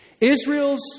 Israel's